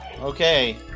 Okay